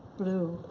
blue.